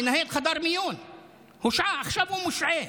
מנהל חדר המיון הושעה, עכשיו הוא מושעה,